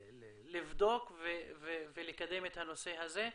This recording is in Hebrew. לבדוק ולקדם את הנושא הזה,